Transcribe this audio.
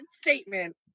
statement